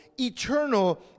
eternal